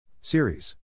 Series